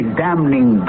damning